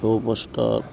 super star